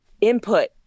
input